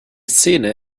szene